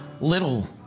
Little